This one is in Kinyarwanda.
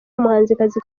umuhanzikazi